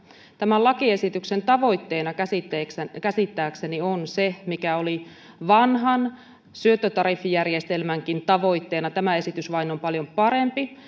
tämän lakiesityksen tavoitteena käsittääkseni käsittääkseni on se mikä oli vanhan syöttötariffijärjestelmänkin tavoitteena tämä esitys vain on paljon parempi